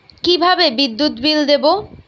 কিভাবে বিদ্যুৎ বিল দেবো?